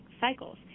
cycles